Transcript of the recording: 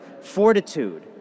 fortitude